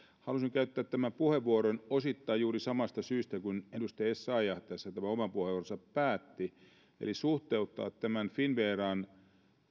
halusin käyttää tämän puheenvuoron osittain juuri samasta syystä kuin mihin edustaja essayah tässä oman puheenvuoronsa päätti eli suhteuttaa tämän finnveran